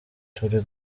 turi